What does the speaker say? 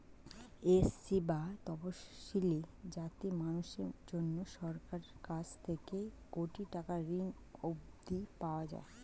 SC বা তফশিলী জাতির মানুষদের জন্যে সরকারের কাছ থেকে কোটি টাকার ঋণ অবধি পাওয়া যায়